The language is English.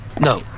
No